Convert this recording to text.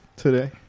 Today